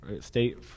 state